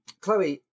chloe